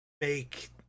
make